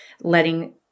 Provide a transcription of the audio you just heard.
letting